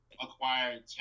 acquired